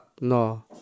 No